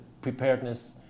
preparedness